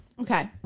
okay